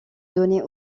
donnait